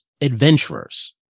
adventurers